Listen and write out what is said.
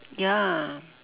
ya